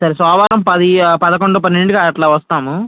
సరే సోమవారం పది పదకొండు పన్నెండుకి అట్లా వస్తాను